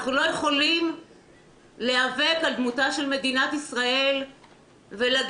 אנחנו לא יכולים להיאבק על דמותה של מדינת ישראל ולהגיד,